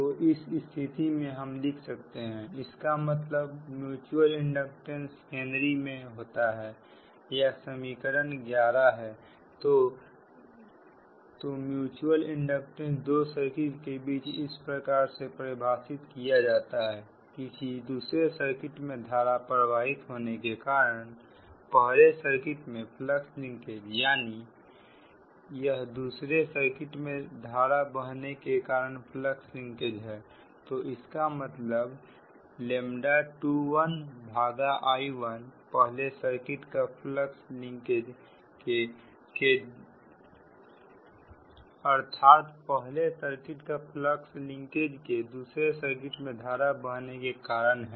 तो इस स्थिति में हम लिख सकते हैं इसका मतलब म्युचुअल इंडक्टेंस हेनरी में होता है यह समीकरण 11 है तो तो म्युचुअल इंडक्टेंस दो सर्किट के बीच इस प्रकार से परिभाषित किया जाता है किसी दूसरे सर्किट में धारा प्रवाहित होने के कारण पहले सर्किट में फ्लक्स लिंकेज यानी यह दूसरे सर्किट में धारा बहने के कारण फ्लक्स लिंकेज है तो इसका मतलब 21I1 पहले सर्किट का फ्लक्स लिंकेज के दूसरे सर्किट में धारा बहने के कारण है